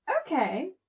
Okay